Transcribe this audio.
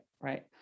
Right